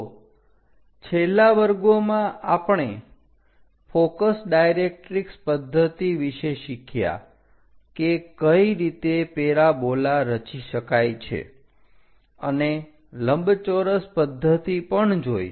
તો છેલ્લા વર્ગોમાં આપણે ફોકસ ડાયરેકરીક્ષ પદ્ધતિ વિશે શીખ્યા કે કઈ રીતે પેરાબોલા રચી શકાય છે અને લંબચોરસ પદ્ધતિ પણ જોઈ